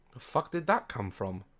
the fuck did that come from?